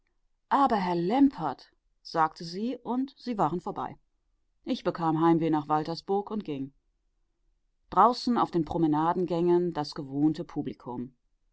aber herr lempert sagte sie und sie waren vorbei ich bekam heimweh nach waltersburg und ging draußen auf den promenadengängen das gewohnte publikum